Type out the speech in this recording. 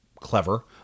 clever